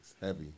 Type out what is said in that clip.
heavy